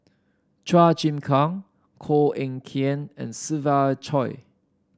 Chua Chim Kang Koh Eng Kian and Siva Choy